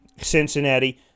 Cincinnati